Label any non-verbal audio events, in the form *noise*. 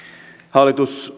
hallitus *unintelligible*